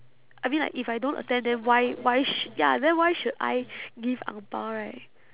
I mean like if I don't attend then why why sh~ ya then why should I give ang bao right